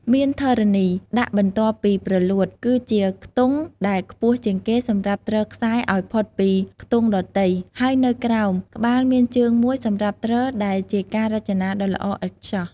មានធរណី ដាក់បន្ទាប់ពីព្រលួត គឺជាខ្ទង់ដែលខ្ពស់ជាងគេសម្រាប់ទ្រខ្សែឱ្យផុតពីខ្ទង់ដទៃ ហើយនៅក្រោម ក្បាលមានជើងមួយសម្រាប់ទ្រដែលជាការរចនាដ៏ល្អឥតខ្ចោះ។